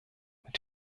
mit